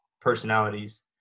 personalities